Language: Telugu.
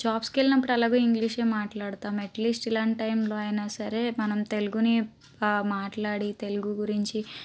జాబ్స్కు వెళ్ళిప్పుడు ఎలాగో ఇంగ్లీషే మాట్లాడతాం అట్లీస్ట్ ఇలాంటి టైమ్లో అయినా సరే మనం తెలుగుని మాట్లాడి తెలుగు గురించి